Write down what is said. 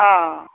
অঁ অঁ